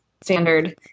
standard